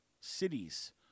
cities